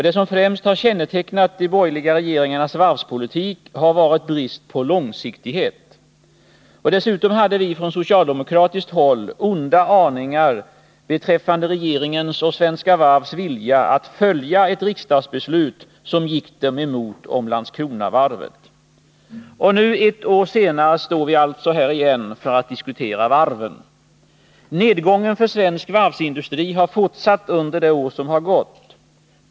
Det som främst har kännetecknat de borgerliga regeringarnas varvspolitik har varit brist på långsiktighet. Dessutom hade vi från socialdemokratiskt håll onda aningar beträffande regeringens och Svenska Varv AB:s vilja att följa ett riksdagsbeslut som gick dem emot om Landskronavarvet. Och nu ett år senare står vi alltså här igen för att diskutera varven. Nedgången för svensk varvsindustri har fortsatt under det år som har gått.